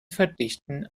verdichten